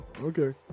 Okay